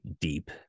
deep